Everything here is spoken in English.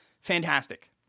Fantastic